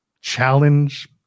challenge